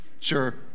Sure